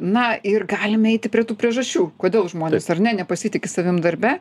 na ir galime eiti prie tų priežasčių kodėl žmonės ar ne nepasitiki savim darbe